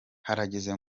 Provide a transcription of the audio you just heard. harageze